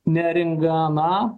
neringą aną